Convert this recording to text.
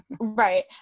Right